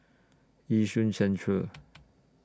Yishun Central